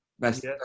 best